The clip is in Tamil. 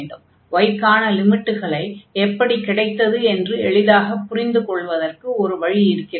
y க்கான லிமிட்டுகளை எப்படி கிடைத்தது என்று எளிதாகப் புரிந்து கொள்வதற்கு ஒரு வழி இருக்கிறது